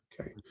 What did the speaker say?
Okay